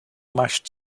mashed